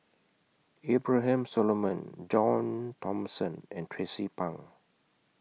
Abraham Solomon John Thomson and Tracie Pang